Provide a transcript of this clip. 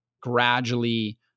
gradually